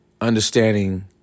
understanding